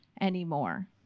anymore